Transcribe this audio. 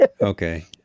Okay